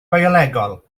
biolegol